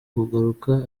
kugaruka